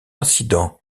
incident